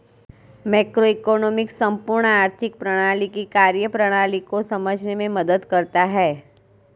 macroeconomics संपूर्ण आर्थिक प्रणाली की कार्यप्रणाली को समझने में मदद करता है